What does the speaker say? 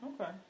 Okay